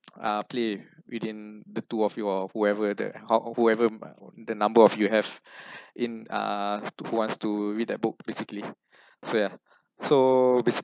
uh play within the two of you or whoever that whoever by the number of you have in uh who wants to read that book basically so ya so basically